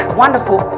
wonderful